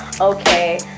okay